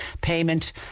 payment